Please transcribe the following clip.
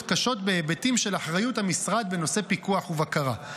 קשות בהיבטים של אחריות המשרד בנושאי פיקוח ובקרה.